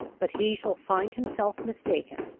but he shall find himself mistaken.